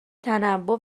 تنوع